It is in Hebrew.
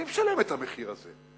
מי משלם את המחיר הזה?